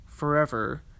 Forever